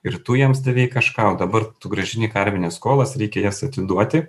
ir tu jiems davei kažką o dabar tu grąžini karmines skolas reikia jas atiduoti